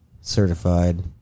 certified